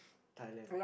Thailand